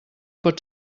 pot